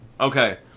Okay